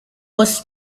was